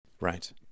Right